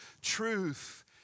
Truth